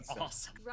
awesome